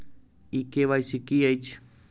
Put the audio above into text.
ई KYC की अछि?